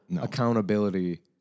accountability